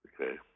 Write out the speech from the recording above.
Okay